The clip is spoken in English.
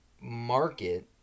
market